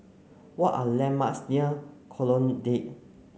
what are landmarks near Colonnade